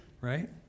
right